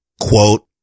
quote